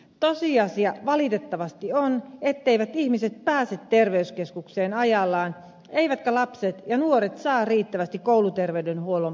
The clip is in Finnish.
tosiasia valitettavasti on etteivät ihmiset pääse terveyskeskukseen ajallaan eivätkä lapset ja nuoret saa riittävästi kouluterveydenhuollon palveluja